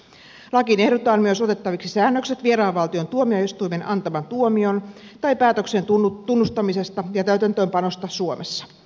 lakiin ehdotetaan myös otettaviksi säännökset vieraan valtion tuomioistuimen antaman tuomion tai päätöksen tunnustamisesta ja täytäntöönpanosta suomessa